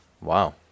wow